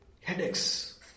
Headaches